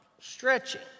stretching